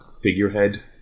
figurehead